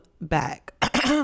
back